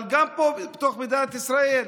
אבל גם פה, מתוך מדינת ישראל,